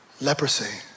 Leprosy